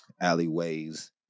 alleyways